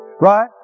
Right